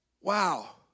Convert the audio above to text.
Wow